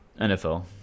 nfl